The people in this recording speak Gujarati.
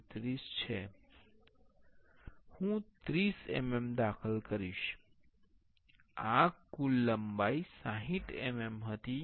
633 છે હું 30 mm દાખલ કરીશ આ કુલ લંબાઈ 60 mm હતી